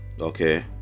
okay